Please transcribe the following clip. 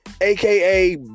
aka